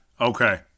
okay